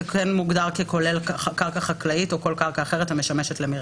מוגדר ככולל קרקע חקלאית או כל קרקע אחרת המשמשת למרעה,